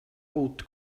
oat